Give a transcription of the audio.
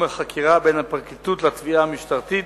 חקירה בין הפרקליטות לתביעה המשטרתית),